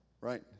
right